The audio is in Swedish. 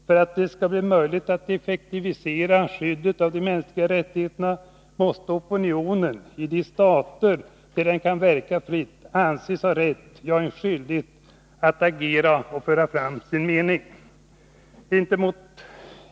För att det skall bli möjligt att effektivisera skyddet av de mänskliga rättigheterna måste opinionen i de stater där den kan verka fritt anses ha rätt, ja skyldighet, att agera och föra fram sin mening.